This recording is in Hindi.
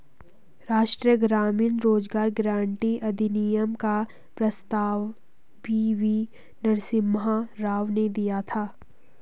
राष्ट्रीय ग्रामीण रोजगार गारंटी अधिनियम का प्रस्ताव पी.वी नरसिम्हा राव ने दिया था